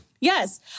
Yes